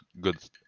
good